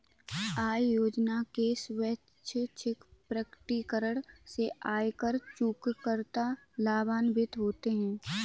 आय योजना के स्वैच्छिक प्रकटीकरण से आयकर चूककर्ता लाभान्वित होते हैं